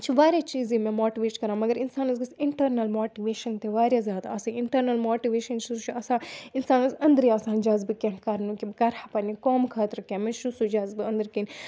یِم چھِ واریاہ چیٖز یِم مےٚ ماٹٕویٹ چھِ کَران مگر اِنسانَس گژھِ اِنٹٔرنَل ماٹٕویشَن تہِ واریاہ زیادٕ آسٕنۍ اِنٹٔرنَل ماٹٕویشَن چھُ سُہ چھُ آسان اِنسانَس أنٛدرٕے آسان جَزبہٕ کیٚنٛہہ کَرنُک کہِ کَرٕ ہا پنٛنہِ قومہٕ خٲطرٕ کیٚنٛہہ مےٚ چھُ سُہ جَزبہٕ أنٛدٕر کِنۍ